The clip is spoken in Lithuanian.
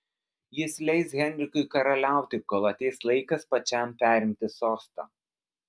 jis leis henrikui karaliauti kol ateis laikas pačiam perimti sostą